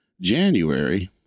January